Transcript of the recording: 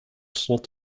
slot